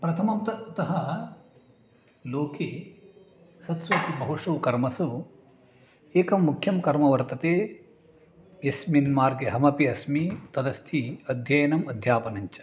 प्रथमं तत् तः लोके सत्स्वपि बहुषु कर्मसु एकं मुख्यं कर्म वर्तते यस्मिन् मार्गे अहमपि अस्मि तदस्ति अध्ययनम् अध्यापनञ्च